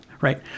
right